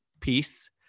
peace